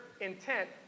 intent